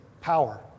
power